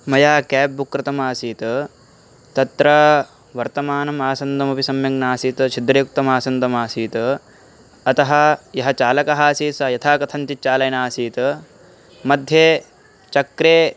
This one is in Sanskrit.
मया केब् बुक् कृतम् आसीत् तत्र वर्तमानम् आसन्दः अपि सम्यक् नासीत् छिद्रयुक्तः आसन्दः आसीत् अतः यः चालकः आसीत् सः यथा कथञ्चित् चालयन् आसीत् मध्ये चक्रे